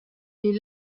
est